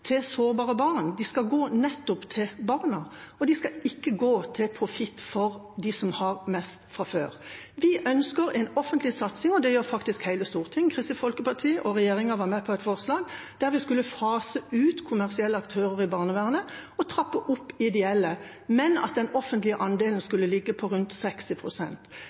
til sårbare barn, skal gå nettopp til barna. De skal ikke gå til profitt for dem som har mest fra før. Vi ønsker en offentlig satsing, og det gjør faktisk hele Stortinget. Kristelig Folkeparti og regjeringa var med på et forslag der vi skulle fase ut kommersielle aktører i barnevernet og trappe opp ideelle, men at den offentlige andelen skulle ligge på rundt